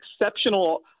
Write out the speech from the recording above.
exceptional